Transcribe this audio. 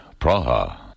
Praha